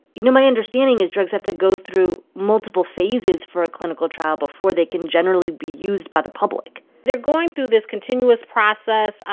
you know, my understanding is drugs have to go through multiple phases for a clinical trial before they can generally be used by the public they're going through this continuous process.